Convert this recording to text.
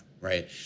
right